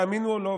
תאמינו או לא,